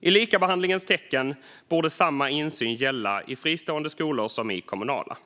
vilket nu också blivit fallet. I likabehandlingens tecken borde samma insyn gälla i fristående skolor som i kommunala.